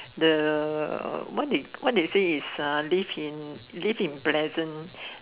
the uh what it what they say is uh live in live in present